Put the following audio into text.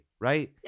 right